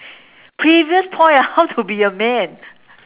previous point how to be a man